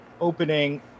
opening